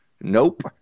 nope